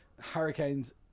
Hurricanes